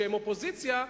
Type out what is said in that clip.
כשהם אופוזיציה,